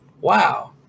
Wow